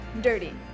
Dirty